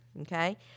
Okay